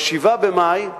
ב-7 במאי,